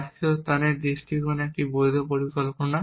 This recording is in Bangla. রাষ্ট্রীয় স্থানের দৃষ্টিকোণে একটি বৈধ পরিকল্পনা